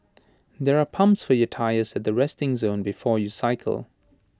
there are pumps for your tyres at the resting zone before you cycle